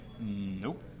Nope